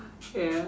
ya